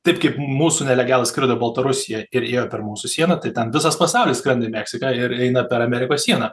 taip kaip mūsų nelegalai skrido į baltarusija ir ėjo per mūsų sieną tai ten visas pasaulis skrenda į meksiką ir eina per amerikos sieną